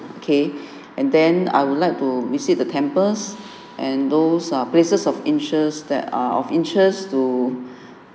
okay and then I would like to visit the temples and those are places of interest that are of interest to